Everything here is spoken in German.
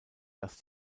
dass